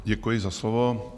Děkuji za slovo.